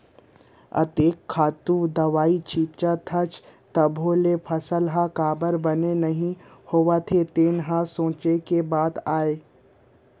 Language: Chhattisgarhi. अतेक खातू दवई छींचत हस तभो ले फसल ह काबर बने नइ होवत हे तेन ह सोंचे के बात आय